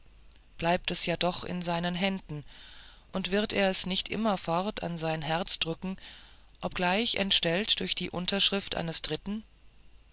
bleibt es ja doch in seinen händen und wird er es nicht immerfort an sein herz drücken obgleich entstellt durch die unterschrift eines dritten